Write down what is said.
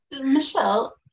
Michelle